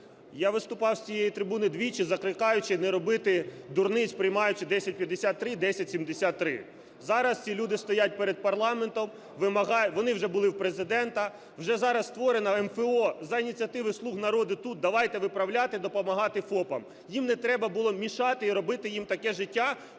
Я виступав з цієї трибуни двічі, закликаючи не робити дурниць, приймаючи 1053 і 1073. Зараз ці люди стоять перед парламентом. Вони вже були в Президента. Вже зараз створена МФО за ініціативи "Слуги народу": тут давайте виправляти, допомагати ФОПам. Їм не треба було мішати і робити їм таке життя,